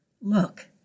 Look